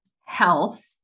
health